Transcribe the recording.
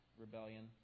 rebellion